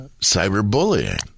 cyberbullying